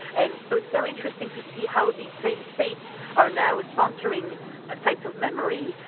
and so it's very interesting to see how these same states are now ah sponsoring ah sites of memory,